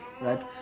Right